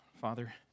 Father